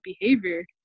behavior